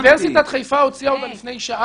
המערכת הזאת תעבוד נכון יותר,